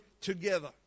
together